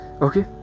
Okay